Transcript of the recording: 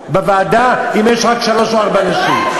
בוועדה אם יש רק שלוש או ארבע נשים?